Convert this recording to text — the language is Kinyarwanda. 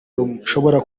rushobora